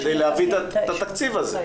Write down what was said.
כדי להביא את התקציב הזה.